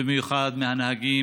ובייחוד מהנהגים,